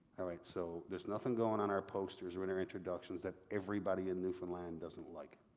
all right? so there's nothing going on our posters or and our introductions that everybody in newfoundland doesn't like.